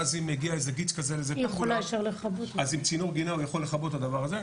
ואז אם מגיע איזה גיץ כזה עם צינור גינה הוא יכול לכבות את הדבר הזה.